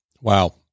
Wow